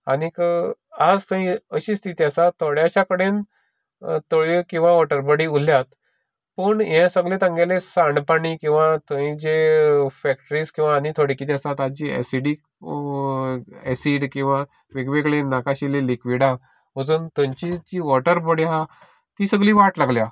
आनीक आज थंय अशी स्थिती आसा थोड्याश्या कडेन तळयो किंवा वोटर बोडी उरल्यात पूण हें सगळें तांगेलें सांड पाणी किंवा थंय जें फेक्ट्रीस किंवा आनीक कितें आसा थंयची एसीडीक एसीड किंवा फ्लूइड वेगवेगळीं नाका आशिल्लीं लिक्वीडां जातून थंयची जी वोटर बोडी आसा ती सगली वाट लागल्या